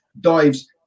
dives